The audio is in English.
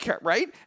right